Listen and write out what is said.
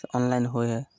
तऽ ऑनलाइन होइ हइ